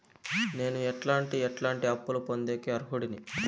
నేను ఎట్లాంటి ఎట్లాంటి అప్పులు పొందేకి అర్హుడిని?